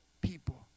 people